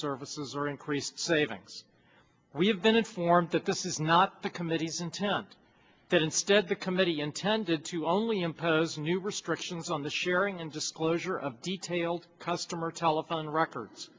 services or increase savings and we have been informed that this is not the committee's intent that instead the committee intended to only impose new restrictions on the sharing and disclosure of detailed customer telephone records